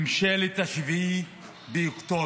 ממשלת 7 באוקטובר,